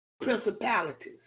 principalities